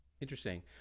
Interesting